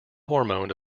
hormone